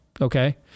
Okay